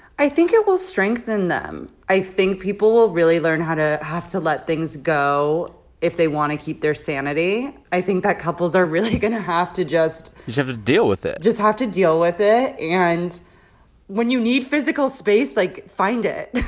i think it will strengthen them. i think people will really learn how to have to let things go if they want to keep their sanity. i think that couples are really going to have to just. you just have to deal with it. just have to deal with it. and when you need physical space, like, find it